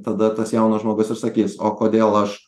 tada tas jaunas žmogus ir sakys o kodėl aš